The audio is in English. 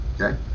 Okay